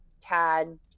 Tad